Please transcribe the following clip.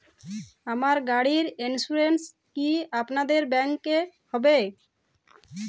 আমার গাড়ির ইন্সুরেন্স কি আপনাদের ব্যাংক এ হবে?